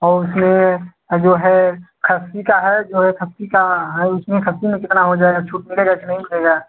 और उसमें जो है खस्सी का है जो है खस्सी का है उसमें खस्सी में कितना हो जाएगा छूट मिलेगा कि नहीं मिलेगा